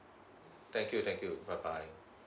thank you thank you bye bye